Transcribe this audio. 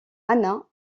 anna